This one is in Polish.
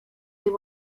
tym